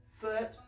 foot